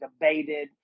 debated